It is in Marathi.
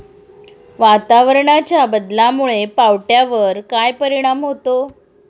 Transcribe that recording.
वातावरणाच्या बदलामुळे पावट्यावर काय परिणाम होतो?